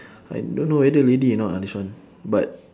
I don't know whether lady or not ah this one but